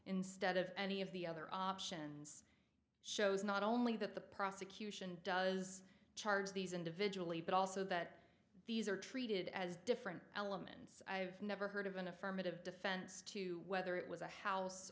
instead of any of the other options shows not only that the prosecution does charge these individually but also that these are treated as different elements i've never heard of an affirmative defense to whether it was a house